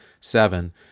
seven